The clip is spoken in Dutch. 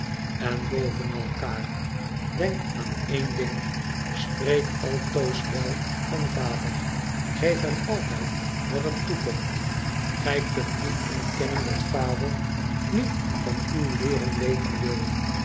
vermanen n bovenal karel denk aan één ding spreek altoos wèl van vader geef hem altijd wat hem toekomt gij kunt niet ontkennen dat vader niet van uw leeren weten wil